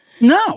no